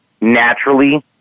naturally